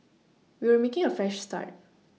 we were making a fresh start